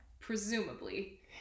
presumably